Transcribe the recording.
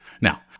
Now